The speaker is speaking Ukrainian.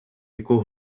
яку